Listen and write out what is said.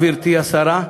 גברתי השרה,